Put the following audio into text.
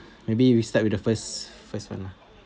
maybe we start with the first first one lah